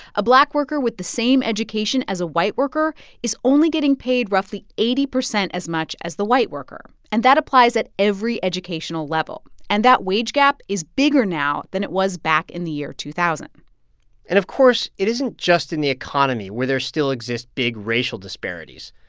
a black worker with the same education as a white worker is only getting paid roughly eighty percent as much as the white worker, and that applies at every educational level. and that wage gap is bigger now than it was back in the year two thousand point and, of course, it isn't just in the economy where there still exists big racial disparities.